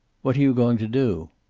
what are you going to do?